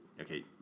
okay